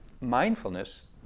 Mindfulness